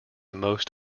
most